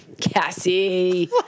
Cassie